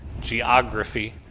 geography